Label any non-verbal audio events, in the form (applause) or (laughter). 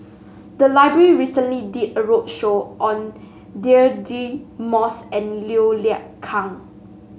the library recently did a roadshow on Deirdre Moss and Liu (unintelligible) Kang